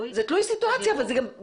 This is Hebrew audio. זה תלוי סיטואציה אבל זאת גם בחירה.